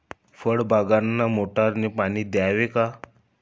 फळबागांना मोटारने पाणी द्यावे का?